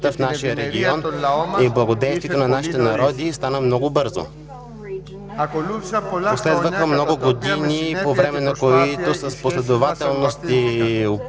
в нашия регион и благоденствието на народите ни стана много бързо. Последваха много години, по време на които с последователност и